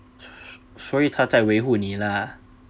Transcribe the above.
所所以她在维护你啦